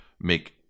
make